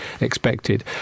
expected